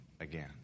again